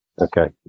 okay